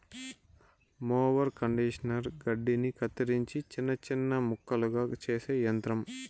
mower conditioner గడ్డిని కత్తిరించి చిన్న చిన్న ముక్కలుగా చేసే యంత్రం